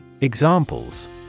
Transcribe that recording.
Examples